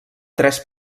tres